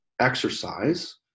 exercise